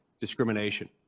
discrimination